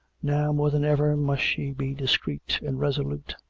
now more than ever must she be discreet and resolute,